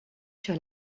sur